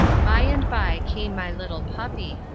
by and by came my little puppy,